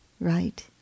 right